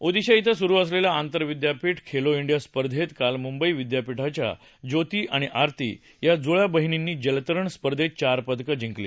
ओदिशा इथं सुरु असलेल्या आंतरविद्यापीठ खेलो इंडिया स्पर्धेत काल मुंबई विद्यापीठाच्या ज्योती आणि आरती या जुळ्या बहिणींनी जलतरण स्पर्धेत चार पदकं जिंकली